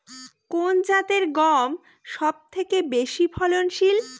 কোন জাতের গম সবথেকে বেশি ফলনশীল?